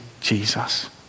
Jesus